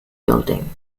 building